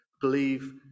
believe